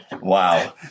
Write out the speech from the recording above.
wow